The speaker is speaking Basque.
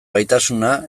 gaitasuna